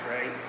right